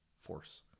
force